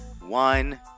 One